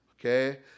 okay